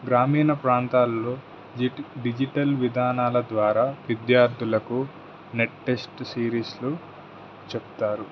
గ్రామీణ ప్రాంతాల్లో డిజిటల్ విధానాల ద్వారా విద్యార్థులకు నెట్ టెస్ట్ సిరీస్లు చెబుతారు